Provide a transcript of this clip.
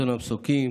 אסון המסוקים,